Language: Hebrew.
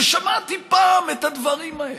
ששמעתי פעם את הדברים האלה.